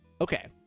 okay